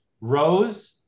rose